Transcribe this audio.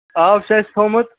آب چھُ اَسہِ تھومُت